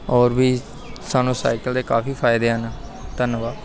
ਔਰ ਵੀ ਸਾਨੂੰ ਸਾਈਕਲ ਦੇ ਕਾਫ਼ੀ ਫ਼ਾਇਦੇ ਹਨ ਧੰਨਵਾਦ